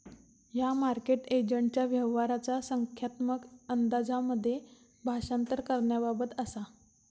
ह्या मार्केट एजंटच्या व्यवहाराचा संख्यात्मक अंदाजांमध्ये भाषांतर करण्याबाबत असा